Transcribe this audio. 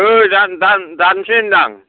ओइ दान दान दानसै होनदां